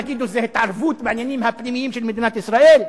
תגידו שזו התערבות בעניינים הפנימיים של מדינת ישראל?